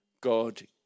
God